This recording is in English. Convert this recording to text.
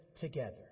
together